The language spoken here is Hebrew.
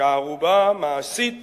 כערובה מעשית